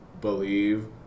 believe